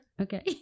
Okay